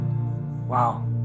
wow